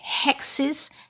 hexes